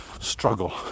struggle